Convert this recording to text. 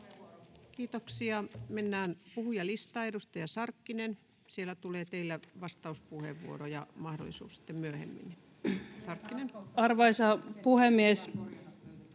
Kiitoksia. — Mennään puhujalistaan. Edustaja Sarkkinen. — Siellä tulee teille vastauspuheenvuorojen mahdollisuus sitten myöhemmin.